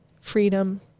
freedom